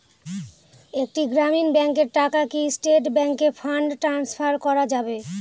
একটি গ্রামীণ ব্যাংকের টাকা কি স্টেট ব্যাংকে ফান্ড ট্রান্সফার করা যাবে?